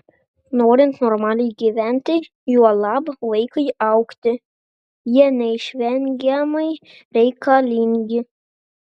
norint normaliai gyventi juolab vaikui augti jie neišvengiamai reikalingi